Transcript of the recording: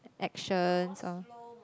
actions or